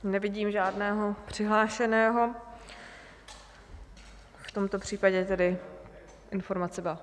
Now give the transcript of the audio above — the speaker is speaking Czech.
Nevidím žádného přihlášeného, v tomto případě tedy informace byla...